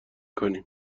کنیم